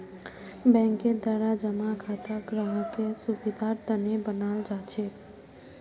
बैंकेर द्वारा जमा खाता ग्राहकेर सुविधार तने बनाल जाछेक